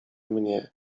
mnie